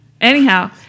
Anyhow